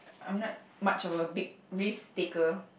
I'm not much of a big risk taker